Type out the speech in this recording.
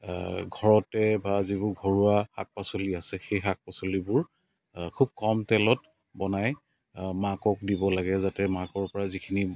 ঘৰতে বা যিবোৰ ঘৰুৱা শাক পাচলি আছে সেই শাক পাচলিবোৰ খুব কম তেলত বনাই মাকক দিব লাগে যাতে মাকৰ পৰা যিখিনি